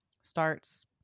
starts